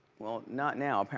well not now